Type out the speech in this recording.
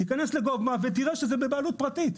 תיכנס ל --- ותראה שזה בבעלות פרטית.